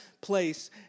place